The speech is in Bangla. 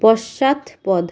পশ্চাৎপদ